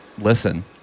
Listen